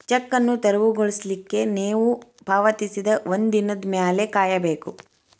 check ಅನ್ನು ತೆರವುಗೊಳಿಸ್ಲಿಕ್ಕೆ ನೇವು ಪಾವತಿಸಿದ ಒಂದಿನದ್ ಮ್ಯಾಲೆ ಕಾಯಬೇಕು